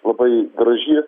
labai graži